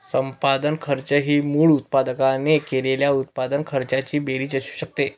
संपादन खर्च ही मूळ उत्पादकाने केलेल्या उत्पादन खर्चाची बेरीज असू शकते